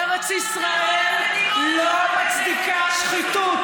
וארץ ישראל לא מצדיקה שחיתות.